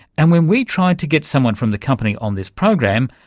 and when we tried to get someone from the company on this program,